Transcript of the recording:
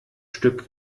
stück